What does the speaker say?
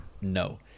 No